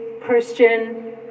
Christian